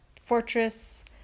fortress